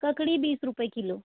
ककड़ी बीस रुपए किलो